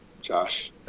Josh